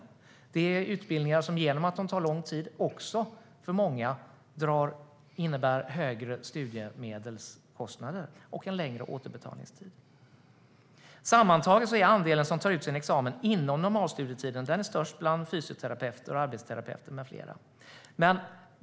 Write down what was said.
Eftersom dessa utbildningar tar lång tid innebär det för många också högre studiemedelskostnader och längre återbetalningstid. Sammantaget är andelen som tar ut sin examen inom normalstudietiden störst bland fysioterapeuter, arbetsterapeuter med flera.